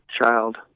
child